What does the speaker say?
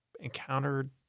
encountered